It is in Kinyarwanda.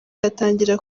atangira